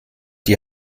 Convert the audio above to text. die